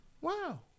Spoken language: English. Wow